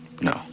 No